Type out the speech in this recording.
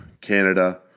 canada